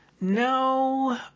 No